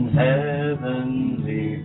heavenly